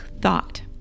thought